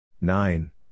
Nine